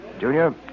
Junior